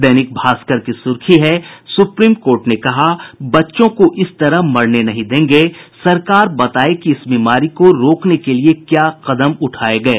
दैनिक भास्कर की सुर्खी है सुप्रीम कोर्ट ने कहा बच्चों को इस तरह मरने नहीं देंगे सरकार बताये कि इस बीमारी को रोकने के लिए क्या कदम उठाये गये